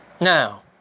Now